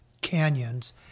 canyons